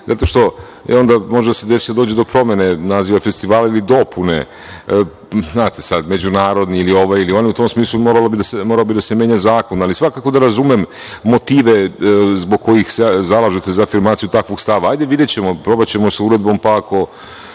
zato što može da se desi da dođe do promene naziva festivala ili dopune. Znate sad, međunarodni ili ovaj ili onaj. U tom smislu morao bi da se menja zakon, ali svakako da razumem motive zbog kojih se zalažete za afirmaciju takvog stava. Hajde, videćemo. Probaćemo sa uredbom, pa ako